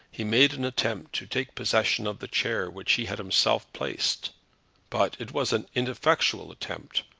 he made an attempt to take possession of the chair which he had himself placed but it was an ineffectual attempt,